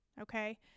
Okay